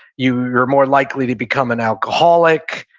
you're you're more likely to become an alcoholic.